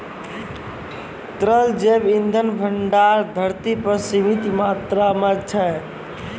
तरल जैव इंधन भंडार धरती पर सीमित मात्रा म छै